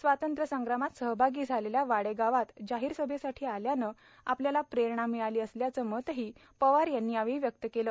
स्वातंत्र्य संग्रामात सहभागी झालेल्या वाडेगावात जाहीर सभैसाठी आल्यानं आपल्याला प्रेरणा मिळाली असल्याचं मतही पवार यांनी यावेळी व्यक्त केल